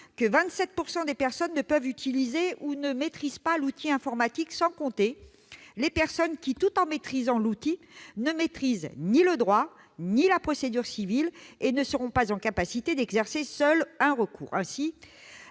que 27 % des personnes ne peuvent utiliser ou ne maîtrisent pas l'outil informatique, sans compter les personnes qui maîtrisent l'outil, mais ne maîtrisent ni le droit ni la procédure civile et ne seront pas en capacité d'exercer seules un recours. Ainsi,